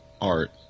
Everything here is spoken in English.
art